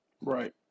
Right